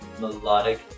Melodic